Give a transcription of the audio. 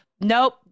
nope